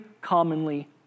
commonly